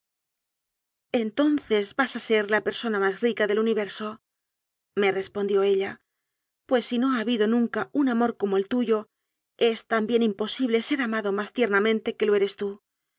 entonces vas a ser la persona más rica del uni versome respondió ella pues si no ha habido nunca un amor como el tuyo es también imposi ble ser amado más tiernamente que lo eres tú